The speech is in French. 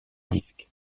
disque